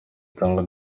tanga